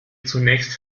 zunächst